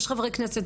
יש חברי כנסת,